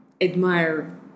admire